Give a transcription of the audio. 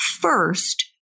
First